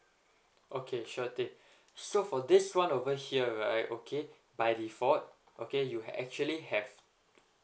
okay sure thing so for this one over here right okay by default okay you actually have